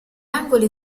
angoli